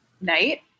night